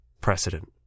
precedent